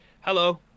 Hello